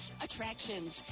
Attractions